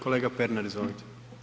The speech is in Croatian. Kolega Pernar, izvolite.